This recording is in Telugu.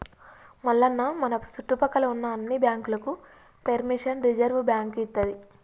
మల్లన్న మన సుట్టుపక్కల ఉన్న అన్ని బాంకులకు పెర్మిషన్ రిజర్వ్ బాంకు ఇత్తది